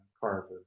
carver